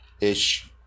ish